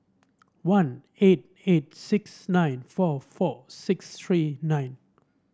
one eight eight six nine four four six three nine